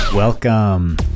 Welcome